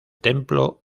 templo